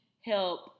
help